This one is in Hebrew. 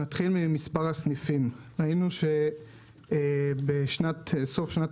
נתחיל ממספר הסניפים ראינו שבסוף שנת